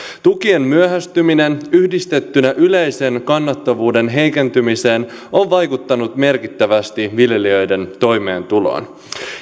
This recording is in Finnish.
tukien myöhästyminen yhdistettynä yleisen kannattavuuden heikentymiseen on vaikuttanut merkittävästi viljelijöiden toimeentuloon